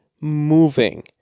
moving